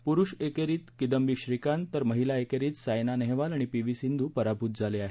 प्रुष एकेरीत किदंबी श्रीकांत तर महिला एकेरीत सायना नेहवाल आणि पी व्ही सिंध् पराभूत झाले आहेत